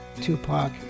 Tupac